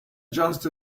just